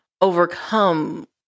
overcome